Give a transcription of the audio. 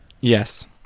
Yes